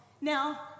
Now